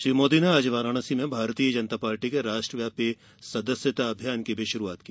श्री मोदी ने आज बाराणसी में भारतीय जनता पार्टी के राष्ट्रव्यापी सदस्यता अभियान की शुरुआत की